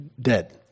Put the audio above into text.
dead